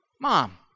Mom